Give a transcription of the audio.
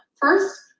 first